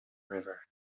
river